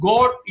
God